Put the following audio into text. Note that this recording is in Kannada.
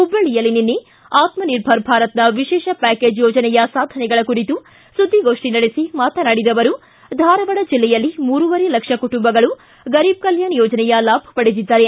ಹುಬ್ಲಳ್ದಿಯಲ್ಲಿ ನಿನ್ನೆ ಆತ್ಮಿರ್ಭರ ಭಾರತ್ನ ವಿಶೇಷ ಪ್ಯಾಕೇಜ್ ಯೋಜನೆಯ ಸಾಧನೆಗಳ ಕುರಿತು ಸುದ್ದಿಗೋಷ್ನಿ ನಡೆಸಿ ಮಾತನಾಡಿದ ಅವರು ಧಾರವಾಡ ಜಿಲ್ಲೆಯಲ್ಲಿ ಮೂರುವರೇ ಲಕ್ಷ ಕುಟುಂಬಗಳು ಗರೀಬ ಕಲ್ಯಾಣ ಯೋಜನೆಯ ಲಾಭ ಪಡೆದಿದ್ದಾರೆ